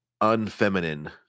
unfeminine